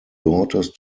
daughters